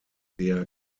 der